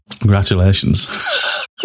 congratulations